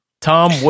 Tom